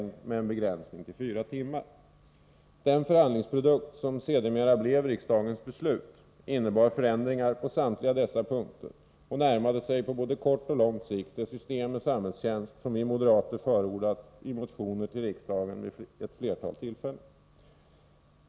Den förhandlingsprodukt som sedermera blev riksdagens beslut innebar förändringar på samtliga dessa punkter och närmade sig på både kort och lång sikt det system med samhällstjänst som vi moderater förordat i motioner till riksdagen vid flera tillfällen.